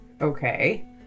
Okay